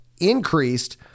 increased